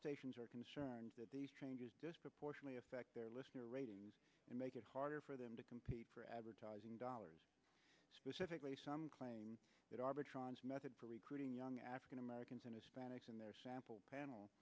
stations are concerned that these changes disproportionately affect their listener ratings and make it harder for them to compete for advertising dollars specifically some claim that arbitrage method for recruiting young african americans and hispanics in their sample panel